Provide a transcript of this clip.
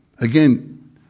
Again